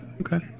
Okay